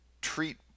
treat